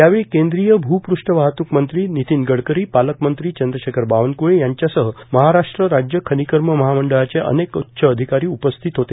यावेळी केंद्रीय भूपृष्ठ वाहतूक मंत्री नितीन गडकरी पालकमंत्री चंद्रशेखर बावनक्ळे यांच्यासह महाराष्ट्र राज्य खनिकर्म महामंडळाचे अनेक उच्च अधिकारी उपस्तीत होते